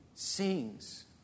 sings